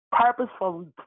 purposeful